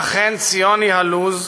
ואכן, ציון היא הלוז,